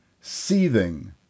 seething